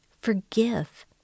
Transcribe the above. Forgive